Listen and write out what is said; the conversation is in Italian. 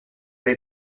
dei